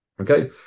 Okay